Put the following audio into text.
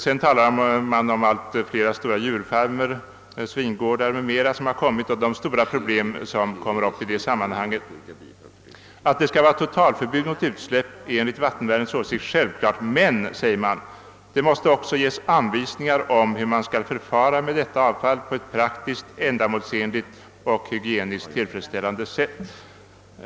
Vidare behandlas förekomsten av allt fler stora djurfarmer, svingårdar m.m., och därigenom uppkommande problem. Att det skall vara totalförbud mot utsläpp från dessa är enligt Vattenvärnets åsikt självklart, men man framhåller också att det måste ges anvisningar om hur det skall förfaras med detta avfall på ett praktiskt, ändamålsenligt och hygieniskt tillfredsställande sätt.